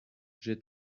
j’ai